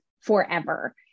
forever